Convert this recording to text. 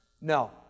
no